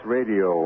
Radio